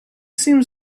seemed